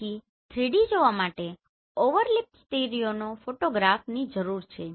તેથી 3D જોવા માટે ઓવરલેપિંગ સ્ટીરિયો ફોટોગ્રાફની જરૂર છે